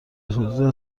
حدود